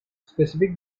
specific